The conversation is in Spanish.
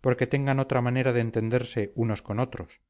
porque tengan otra manera de entenderse unos con otros